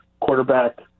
quarterback